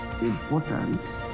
important